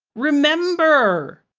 remember!